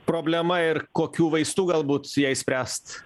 problema ir kokių vaistų galbūt jai spręst